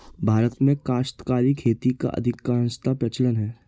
भारत में काश्तकारी खेती का अधिकांशतः प्रचलन है